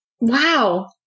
Wow